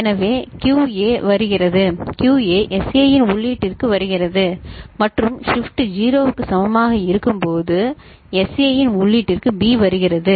எனவே QA வருகிறது QA SA இன் உள்ளீட்டிற்கு வருகிறது மற்றும் ஷிப்ட் 0 க்கு சமமாக இருக்கும்போது SA இன் உள்ளீட்டிற்கு B வருகிறது